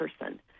person